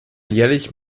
jährlich